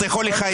אתה יכול לחייך.